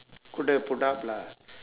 could have put up lah